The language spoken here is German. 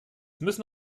müssen